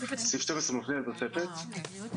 התוספת